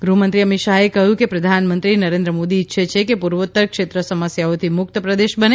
ગૃહમંત્રી અમિત શાહે કહ્યુંકે પ્રધાનમંત્રી નરેન્દ્ર મોદી ઈચ્છે છેકે પૂર્વોત્તર ક્ષેત્ર સમસ્યાઓથી મુક્ત પ્રદેશ બને